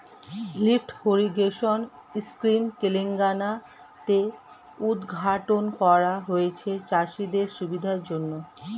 lift irrigation scheme Telangana তে উদ্ঘাটন করা হয়েছে চাষিদের সুবিধার জন্যে